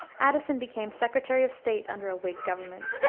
addison became secretary of state under a whig government.